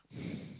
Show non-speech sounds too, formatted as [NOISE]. [BREATH]